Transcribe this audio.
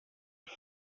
had